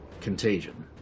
contagion